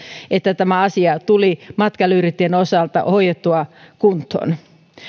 että tämä asia tuli matkailuyrittäjien osalta hoidettua kuntoon